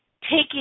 Taking